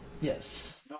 yes